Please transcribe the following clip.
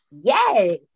yes